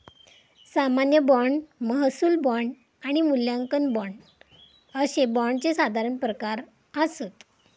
सामान्य बाँड, महसूल बाँड आणि मूल्यांकन बाँड अशे बाँडचे साधारण प्रकार आसत